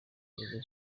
joseph